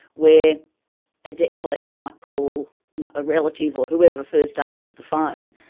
where a debt collector might call you know a relative, or whoever first answers the phone.